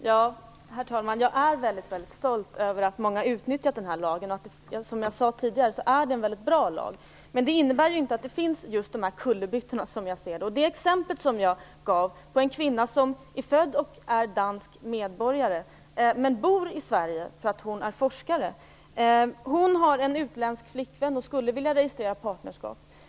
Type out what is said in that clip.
Herr talman! Jag är väldigt stolt över att så många har utnyttjat denna lag. Som jag sade tidigare är det en väldigt bra lag. Men det hindrar inte att det, som jag ser det, finns just dessa kullerbyttor. Jag gav ett exempel på detta. Det gällde en kvinna som är född i Danmark och som är dansk medborgare men som bor i Sverige och är forskare här. Hon har en utländsk flickvän och skulle vilja registrera partnerskap.